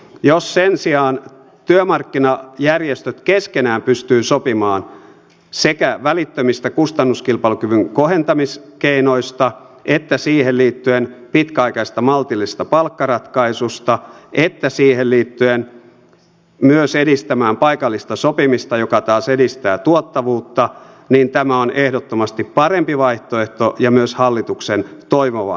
jos sen sijaan työmarkkinajärjestöt keskenään pystyvät sopimaan sekä välittömistä kustannuskilpailukyvyn kohentamiskeinoista että siihen liittyen pitkäaikaisesta maltillisesta palkkaratkaisuista ja siihen liittyen myös edistämään paikallista sopimista joka taas edistää tuottavuutta niin tämä on ehdottomasti parempi vaihtoehto ja myös hallituksen toivoma vaihtoehto